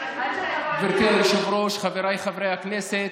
גברתי היושבת-ראש, חבריי חברי הכנסת,